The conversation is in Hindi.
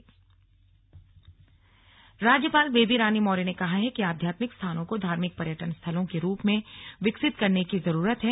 स्लग राज्यपाल अल्मोड़ा राज्यपाल बेबी रानी मौर्य ने कहा है कि आध्यात्मिक स्थानों को धार्मिक पर्यटन स्थलों के रूप में विकसित करने की जरूरत है